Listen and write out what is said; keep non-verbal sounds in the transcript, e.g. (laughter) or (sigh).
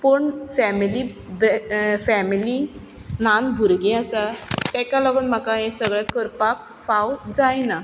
पूण family (unintelligible) family ल्हान भुरगें आसा ताका लागून म्हाका हें सगळें करपाक फाव जायना